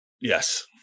Yes